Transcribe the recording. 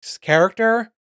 character